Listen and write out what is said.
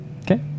Okay